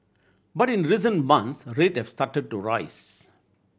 but in recent months rate have started to rise